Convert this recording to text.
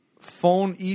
phone